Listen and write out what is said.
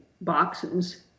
boxes